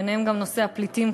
בהם גם נושא הפליטים,